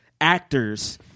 actors